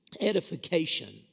edification